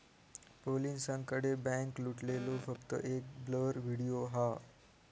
पोलिसांकडे बॅन्क लुटलेलो फक्त एक ब्लर व्हिडिओ हा